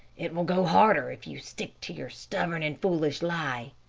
it will go harder if you stick to your stubborn and foolish lie.